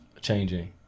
changing